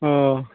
अ